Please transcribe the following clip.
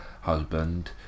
husband